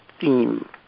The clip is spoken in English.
theme